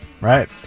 right